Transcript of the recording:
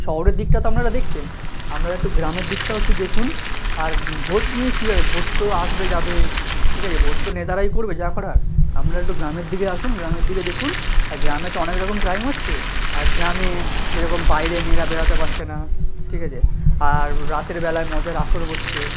শহরের দিকটা তো আপনারা দেখছেন আপনারা একটু গ্রামের দিকটাও একটু দেখুন আর ভোট নিয়ে কী হবে ভোট তো আসবে যাবে ঠিক আছে ভোট তো নেতারাই করবে যা করার আপনারা একটু গ্রামের দিকে আসুন গ্রামের দিকে দেখুন আর গ্রামে তো অনেক রকম ক্রাইম হচ্ছে আর গ্রামে যেরকম বাইরে মেয়েরা বেরোতে পারছে না ঠিক আছে আর রাতের বেলায় মদের আসর বসছে